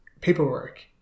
paperwork